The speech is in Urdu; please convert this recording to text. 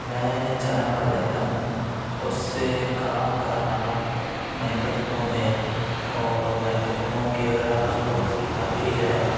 میں جہاں پر رہتا ہوں اس سے گاؤں کا نام مہپت مئو ہے اور مہپت مئو کی اگر آس پڑوس کہ بات کی جائے